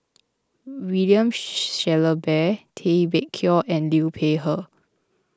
William Shellabear Tay Bak Koi and Liu Peihe